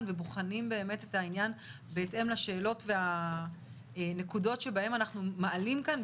ובוחנים באמת את העניין בהתאם לשאלות והנקודות שאנחנו מעלים כאן.